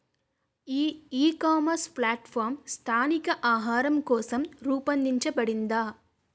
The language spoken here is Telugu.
ఈ ఇకామర్స్ ప్లాట్ఫారమ్ స్థానిక ఆహారం కోసం రూపొందించబడిందా?